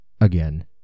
again